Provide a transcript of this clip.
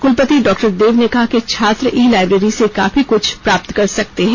कुलपति डॉ देव ने कहा कि छात्र ई लाइब्रेरी से काफी कुछ प्राप्त कर सकते हैं